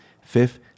Fifth